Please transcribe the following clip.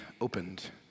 opened